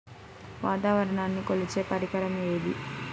వాతావరణాన్ని కొలిచే పరికరం ఏది?